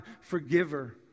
Forgiver